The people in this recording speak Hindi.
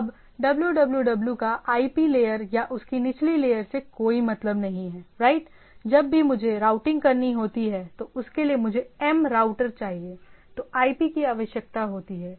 अब www का आईपी लेयर या उसकी निचली लेयर से कोई मतलब नहीं है राइट जब भी मुझे राउटिंग करनी होती है तो उसके लिए मुझे m राउटर चाहिए तो आईपी की आवश्यकता होती है